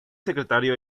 secretario